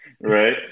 Right